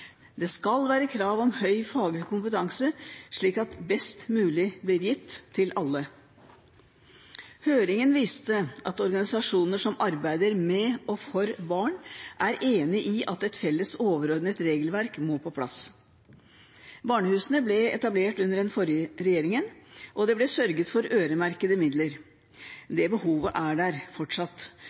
Det skal være krav om høy faglig kompetanse, slik at best mulig blir gitt til alle. Høringen viste at organisasjoner som arbeider med og for barn, er enig i at et felles overordnet regelverk må på plass. Barnehusene ble etablert under den forrige regjeringen og det ble sørget for øremerkede midler. Det behovet er der fortsatt,